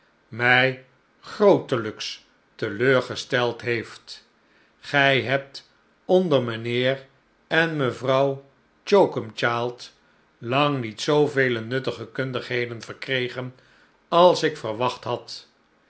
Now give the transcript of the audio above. mij grootelijks teleurgesteld heeft gij hebt onder mijnheer en mevrouw choakumchild lang niet zoovele nuttige kundigheden verkregen als ik verwacht had